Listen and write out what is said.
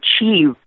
achieve